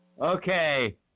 Okay